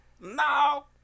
No